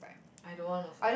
I don't want also